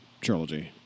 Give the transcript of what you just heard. trilogy